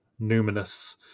numinous